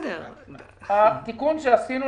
התיקון שעשינו,